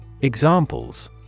Examples